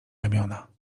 ramiona